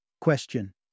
question